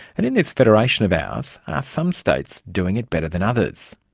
and in this federation of ours, are some states doing it better than others?